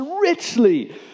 richly